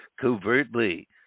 covertly